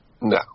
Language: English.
No